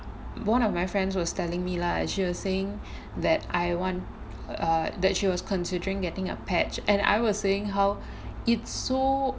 one of my friends was telling me lah and she was saying that I want uh that she was considering getting a patch and I was saying how it's so